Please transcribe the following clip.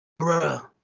Bruh